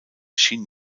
schien